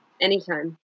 anytime